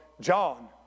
John